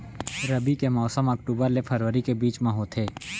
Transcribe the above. रबी के मौसम अक्टूबर ले फरवरी के बीच मा होथे